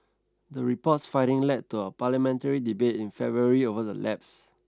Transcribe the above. the report's findings led to a parliamentary debate in February over the lapses